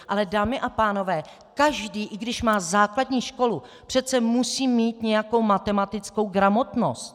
Ale dámy a pánové, každý, i když má základní školu, přece musí mít nějakou matematickou gramotnost.